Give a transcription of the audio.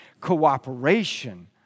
cooperation